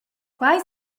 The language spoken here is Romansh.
quai